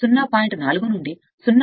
4 నుండి 0